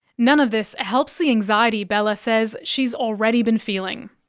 none of this helps the anxiety bella says she's already been feeling.